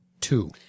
two